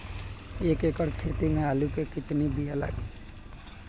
एक एकड़ खेती में आलू के कितनी विया लागी?